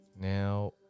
Now